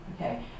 okay